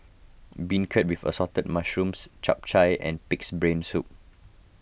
Beancurd with Assorted Mushrooms Chap Chai and Pig's Brain Soup